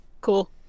Cool